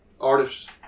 artists